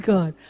God